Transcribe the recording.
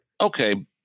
Okay